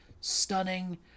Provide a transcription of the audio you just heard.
stunning